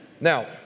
Now